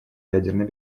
ядерной